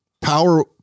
Power